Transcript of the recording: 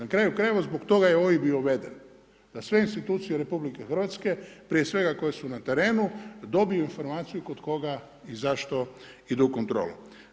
Na kraju krajeva zbog toga je OIB i uveden da sve institucije RH prije svega koje su na terenu dobiju informaciju kod koga i zašto idu u kontrolu.